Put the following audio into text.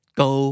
go